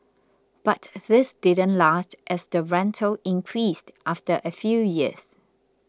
but this didn't last as the rental increased after a few years